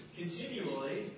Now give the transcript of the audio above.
continually